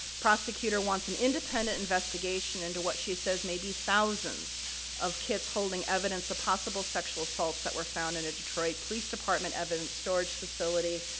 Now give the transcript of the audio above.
prosecutor wants an independent investigation into what she says may be thousands of kits holding evidence of possible sexual assaults that were found in a detroit police department evidence storage facility.